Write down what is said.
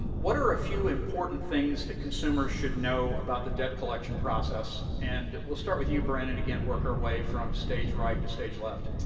what are a few important things that consumers should know about the debt collection process. and we'll start with you, brent, and again work our way from stage right to stage left.